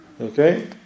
okay